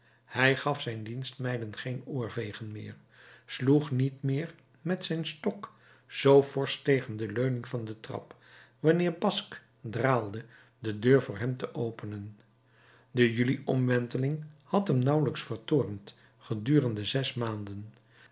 hij gaf zijn dienstmeiden geen oorvegen meer sloeg niet meer met zijn stok zoo forsch tegen de leuning van de trap wanneer basque draalde de deur voor hem te openen de juli omwenteling had hem nauwelijks vertoornd gedurende zes maanden